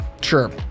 Sure